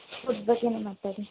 food ಬಗ್ಗೆನೇ ಮಾತಾಡಿ